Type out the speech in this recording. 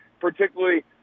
particularly –